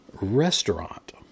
restaurant